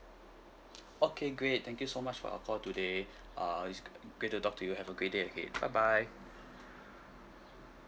okay great thank you so much for your call today uh it's great to talk to you have a great day ahead bye bye